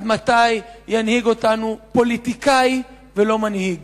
עד מתי ינהיג אותנו פוליטיקאי ולא מנהיג?